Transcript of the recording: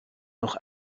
noch